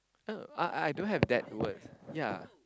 oh I I don't have that words ya